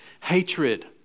Hatred